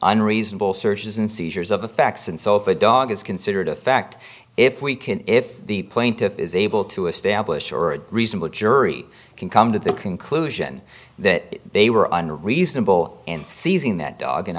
unreasonable searches and seizures of the facts and so if a dog is considered a fact if we can if the plaintiff is able to establish or a reasonable jury can come to the conclusion that they were unreasonable and seizing that dog an